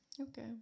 Okay